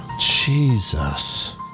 Jesus